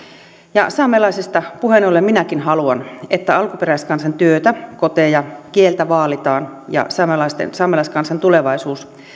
ja saamelaisista puheen ollen minäkin haluan että alkuperäiskansan työtä koteja kieltä vaalitaan ja saamelaiskansan tulevaisuus